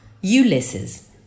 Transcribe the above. Ulysses